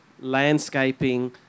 landscaping